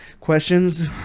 questions